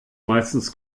meistens